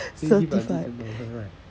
certified